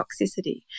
toxicity